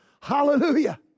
Hallelujah